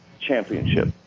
championship